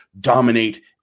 dominate